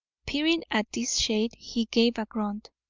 peering at this shade he gave a grunt.